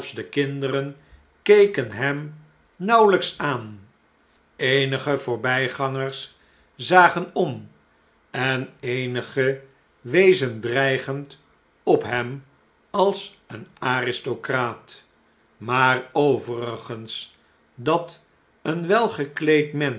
de kinderen keken hem nauweljjks aan eenige voorbijgangers zagen om en eenigen wezen dreigeiid op hem als een aristocraat maar overigens dat een